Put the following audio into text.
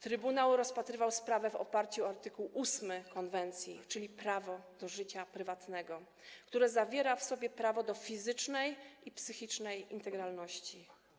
Trybunał rozpatrywał sprawę w oparciu o art. 8 konwencji, czyli prawo do życia prywatnego, które obejmuje prawo do fizycznej i psychicznej integralności.